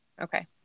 Okay